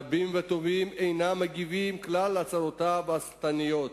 רבים וטובים אינם מגיבים כלל על הצהרותיו השטניות,